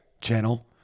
channel